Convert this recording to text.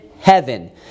heaven